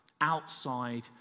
outside